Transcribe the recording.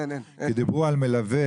כי דיברו על מלווה.